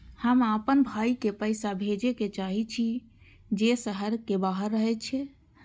हम आपन भाई के पैसा भेजे के चाहि छी जे शहर के बाहर रहे छै